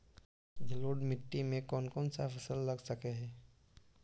जलोढ़ मिट्टी में कौन कौन फसल लगा सक हिय?